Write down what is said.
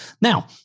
Now